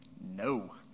No